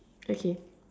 okay